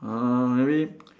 uh maybe